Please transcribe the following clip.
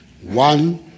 One